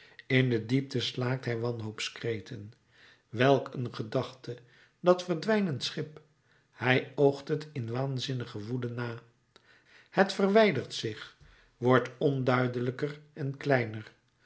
in de diepte slaakt hij wanhoopskreten welk een gedachte dat verdwijnend schip hij oogt het in waanzinnige woede na het verwijdert zich wordt onduidelijker en kleiner